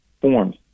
forms